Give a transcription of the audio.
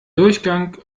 durchgang